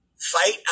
Fight